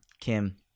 Kim